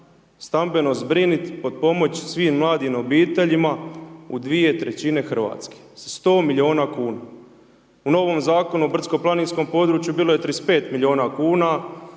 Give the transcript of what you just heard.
stambeno zbrinuti, potpomoći svim mladim obiteljima u 2/3 Hrvatske sa 100 milijuna kuna. Po novom Zakonu o brdsko-planinskom području bilo je 35 milijuna kuna,